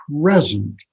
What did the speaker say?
present